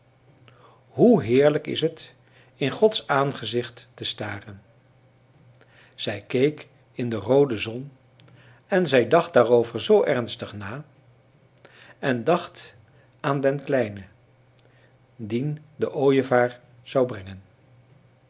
hoe heerlijk is het in gods aangezicht te staren zij keek in de roode zon en zij dacht daarover zoo ernstig na en dacht aan den kleine dien de ooievaar zou brengen